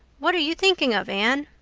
what are you thinking of, anne?